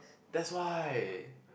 that's why